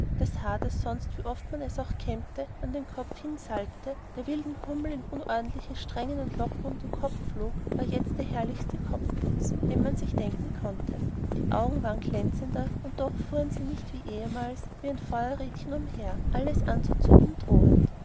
das haar das sonst wie oft man es auch kämmte und an den kopf hinsalbte der wilden hummel in unordentlichen strängen und locken um den kopf flog war jetzt der herrlichste kopfputz den man sich denken konnte die augen waren glänzender und doch fuhren sie nicht wie ehemals wie ein feuerrädchen umher alles anzuzünden drohend